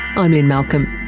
i'm lynne malcolm,